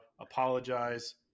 Apologize